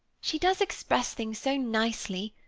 she does express things so nicely.